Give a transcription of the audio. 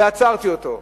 ועצרתי אותו.